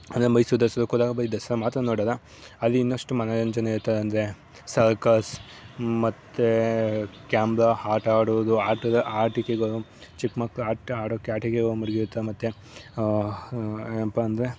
ಅಂದರೆ ಮೈಸೂರು ದಸರಕ್ಕೆ ಹೋದಾಗ ಬರಿ ದಸರಾ ಮಾತ್ರ ನೋಡೋಲ್ಲ ಅಲ್ಲಿ ಇನ್ನಷ್ಟು ಮನೋರಂಜನೆ ಇರ್ತದೆ ಅಂದರೆ ಸರ್ಕಸ್ ಮತ್ತು ಕ್ಯಾಮ್ರ ಆಟ ಆಡೋದು ಆಟದ ಆಟಿಕೆಗಳು ಚಿಕ್ಕ ಮಕ್ಳು ಆಟ ಆಡೋ ಮಡ್ಗಿರ್ತಾರೆ ಮತ್ತೆ ಏನಪ್ಪ ಅಂದರೆ